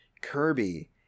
kirby